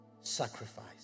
sacrifice